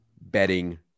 betting